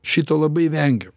šito labai vengiu